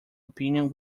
opinion